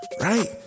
Right